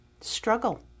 struggle